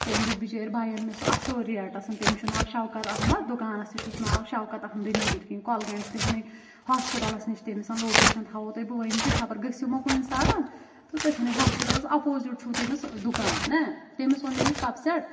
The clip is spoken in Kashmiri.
تٔمۍ دیُت بِچٲرۍ باین مےٚ سُہ اصل ریٹسن تٔمِس چھُ ناو شوکت احمد دُکانس تہِ چھُس ناو شوکت احمدٕے نیبٕرۍ کِنۍ کۄلگام چھِ تہنٛدی ہاسپِٹلس نِش تٔمِسَن لوکیشن تھوہو بہٕ تۄہہِ ؤنۍ تھٕے خبر گٔژھ یِو ما کُنہِ ساتن تہٕ تٔتھٮ۪نٕے ہاپِٹلس اپوزٹ چھو تٔمِس دُکان نہ تٔمِس ووٚن مےٚ یہِ کپ سیٚٹ